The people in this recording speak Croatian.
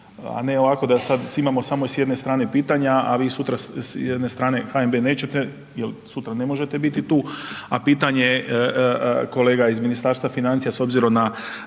a ne ovako da sad svi imamo samo s jedne strane pitanja, a vi sutra s jedne strane HNB nećete jel sutra ne možete biti tu, a pitanje kolega iz Ministarstva financija s obzirom na,